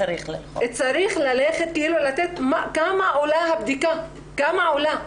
צריך ללכת לכמה עולה הבדיקה, כמה עולה?